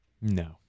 No